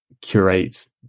curate